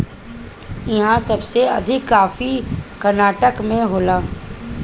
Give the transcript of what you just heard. इहा सबसे अधिका कॉफ़ी कर्नाटक में होला